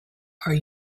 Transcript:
are